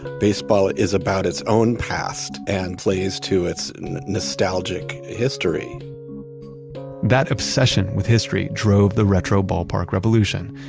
baseball is about its own past and plays to its nostalgic history that obsession with history drove the retro ballpark revolution,